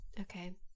Okay